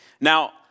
Now